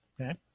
Okay